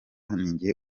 ninjye